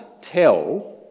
tell